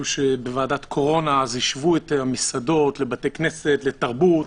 שבוועדת קורונה השוו את המסעדות לבתי כנסת לתרבות,